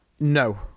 No